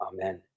Amen